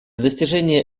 достижения